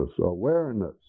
awareness